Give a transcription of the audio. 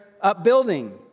upbuilding